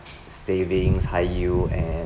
savings high yield and